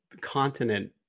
continent